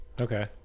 Okay